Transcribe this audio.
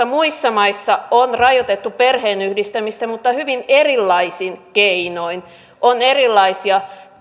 muissa maissa on rajoitettu perheenyhdistämistä mutta hyvin erilaisin keinoin on erilaisia